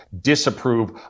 disapprove